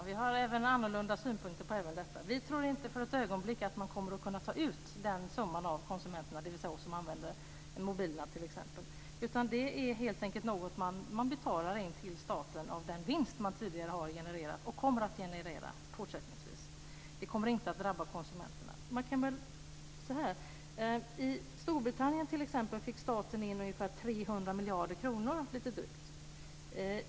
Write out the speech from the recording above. Fru talman! Vi har annorlunda synpunkter även på detta. Vi tror inte för ett ögonblick att man kommer att kunna ta ut den här summan av konsumenterna, dvs. av oss som använder mobilerna. Detta är helt enkelt något man betalar in till staten av den vinst man tidigare har genererat och kommer att generera fortsättningsvis. Det kommer inte att drabba konsumenterna. I t.ex. Storbritannien fick staten in drygt 300 miljarder kronor.